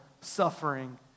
suffering